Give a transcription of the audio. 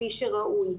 כפי שראוי.